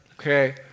okay